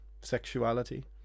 sexuality